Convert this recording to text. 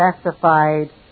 specified